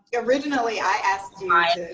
originally i asked like